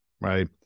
right